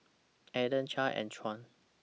Anton Clair and Juan